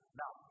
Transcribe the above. now